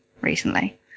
recently